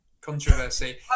controversy